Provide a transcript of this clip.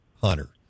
hunter